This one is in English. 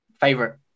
Favorite